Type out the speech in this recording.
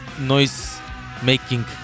noise-making